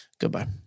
Goodbye